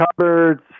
cupboards